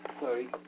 Sorry